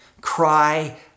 Cry